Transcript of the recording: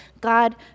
God